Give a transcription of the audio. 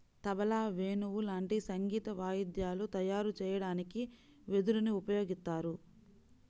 తబలా, వేణువు లాంటి సంగీత వాయిద్యాలు తయారు చెయ్యడానికి వెదురుని ఉపయోగిత్తారు